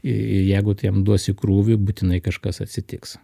i jeigu tu jam duosi krūvį būtinai kažkas atsitiks